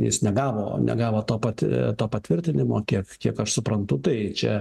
jis negavo negavo to pat to patvirtinimo kiek kiek aš suprantu tai čia